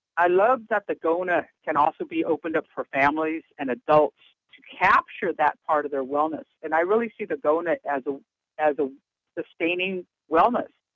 i love that the gona can also be opened up for families and adults to capture that part of their wellness. and, i really see the gona as ah as ah sustaining wellness.